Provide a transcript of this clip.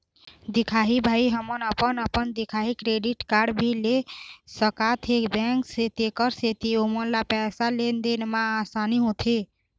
दिखाही भाई हमन अपन अपन दिखाही क्रेडिट कारड भी ले सकाथे बैंक से तेकर सेंथी ओमन ला पैसा लेन देन मा आसानी होथे?